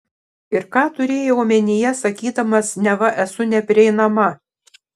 ir ką turėjai omenyje sakydamas neva esu neprieinama